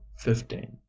fifteen